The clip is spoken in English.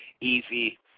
easy